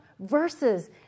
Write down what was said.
verses